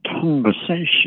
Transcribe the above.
conversation